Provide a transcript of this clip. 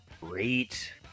great